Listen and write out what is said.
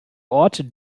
ort